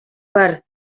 per